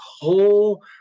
whole